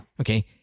Okay